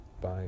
bye